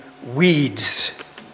Weeds